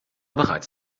bereits